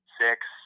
six